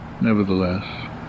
nevertheless